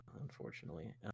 Unfortunately